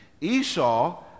Esau